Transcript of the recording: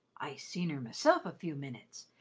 i seen her meself a few minnits,